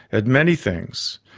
at many things.